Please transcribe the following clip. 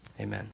Amen